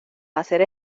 hacer